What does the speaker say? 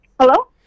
Hello